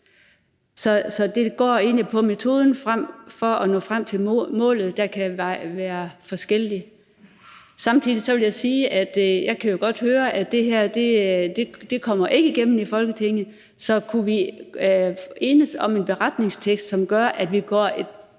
Så det går egentlig på, at metoderne til at nå frem til målet kan være forskellige. Samtidig vil jeg sige, at jeg jo godt kan høre, at det her ikke kommer igennem Folketinget, så hvis vi kunne enes om en beretningstekst, som gør, at vi